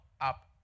up